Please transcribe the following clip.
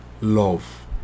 love